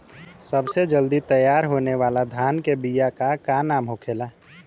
सबसे जल्दी तैयार होने वाला धान के बिया का का नाम होखेला?